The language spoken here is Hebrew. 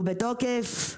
הוא בתוקף.